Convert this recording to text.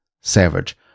Savage